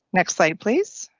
next slide, please.